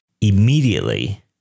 Immediately